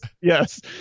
Yes